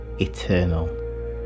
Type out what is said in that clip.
eternal